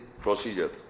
procedure